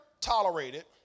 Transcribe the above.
tolerated